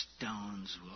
stones